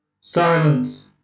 Silence